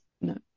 No